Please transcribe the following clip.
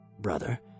brother